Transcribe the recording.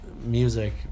Music